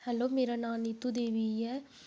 hello मरा नां नीतू देवी ऐ